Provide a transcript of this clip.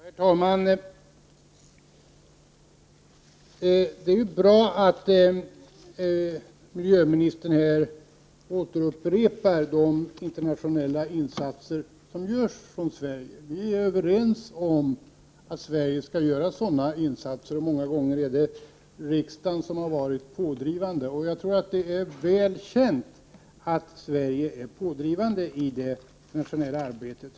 Herr talman! Det är bra att miljöministern återupprepar de internationella insatser som Sverige gör. Vi är överens om att Sverige skall göra sådana insatser, och många gånger är det riksdagen som här varit pådrivande. Jag tror också att det är väl känt att Sverige är pådrivande i det internationella arbetet.